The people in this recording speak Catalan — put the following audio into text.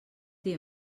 dir